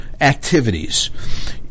activities